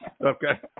okay